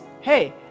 hey